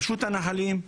רשות הנחלים,